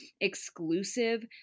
exclusive